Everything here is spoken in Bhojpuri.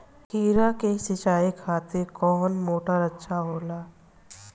खीरा के सिचाई खातिर कौन मोटर अच्छा होला?